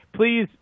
please